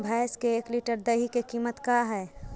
भैंस के एक लीटर दही के कीमत का है?